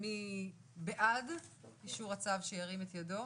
מי בעד אישור הצו, שירים את ידו.